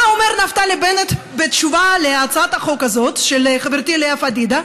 מה אומר נפתלי בנט בתשובה על הצעת החוק הזאת של חברתי לאה פדידה,